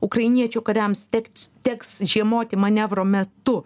ukrainiečių kariams teks teks žiemoti manevro metu